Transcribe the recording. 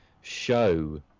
show